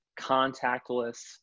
contactless